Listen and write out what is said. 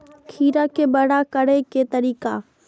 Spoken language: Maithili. खीरा के बड़ा करे के तरीका?